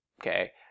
Okay